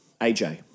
AJ